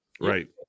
Right